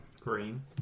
green